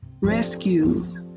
rescues